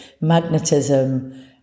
magnetism